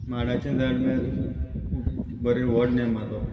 माडाचें झाड म्हणल्यार खूब बरें व्हड नेम मारप